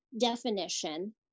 definition